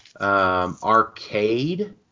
Arcade